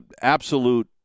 absolute